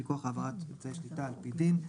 מכוח העברת אמצעי שליטה על פי דין.